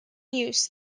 use